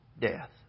death